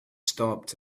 stopped